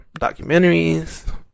documentaries